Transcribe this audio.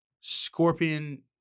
Scorpion